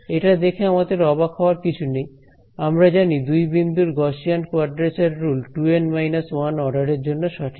এটা দেখে আমাদের অবাক হওয়ার কিছু নেই আমরা জানি দুই বিন্দুর গসিয়ান কোয়াড্রেচার রুল 2N 1 অর্ডারের জন্য সঠিক